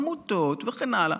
עמותות וכן הלאה,